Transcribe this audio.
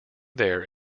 there